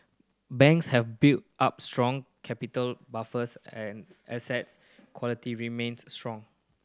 banks have built up strong capital buffers and assets quality remains strong